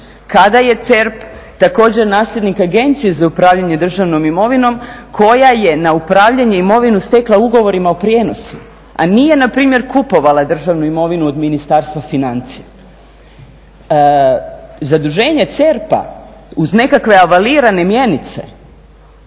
Kada je CERP također nasljednik Agencije za upravljanje državnom imovinom koja je na upravljanje imovinu stekla ugovorima o prijenosu, a nije na primjer kupovala državnu imovinu od Ministarstva financija. Zaduženje CERP-a uz nekakve avalirane mjenice